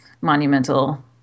monumental